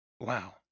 Wow